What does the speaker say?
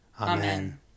Amen